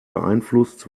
beeinflusst